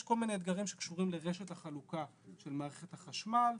יש כל מיני אתגרים שקשורים לרשת החלוקה של מערכת החשמל.